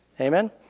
Amen